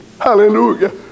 Hallelujah